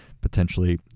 potentially